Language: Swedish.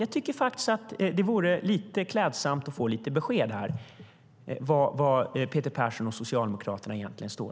Det vore klädsamt av Peter Persson att ge besked om var han och Socialdemokraterna egentligen står.